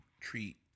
treat